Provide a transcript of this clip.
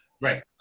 right